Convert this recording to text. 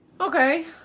Okay